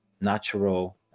natural